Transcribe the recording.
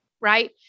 right